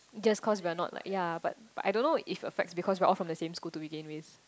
just cause we are not like ya but but I don't know if it affects because we are all from the same school to begin with